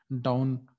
down